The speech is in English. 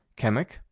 chemic,